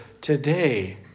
today